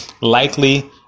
Likely